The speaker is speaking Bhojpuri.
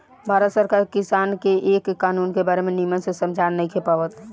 भारत सरकार किसान के ए कानून के बारे मे निमन से समझा नइखे पावत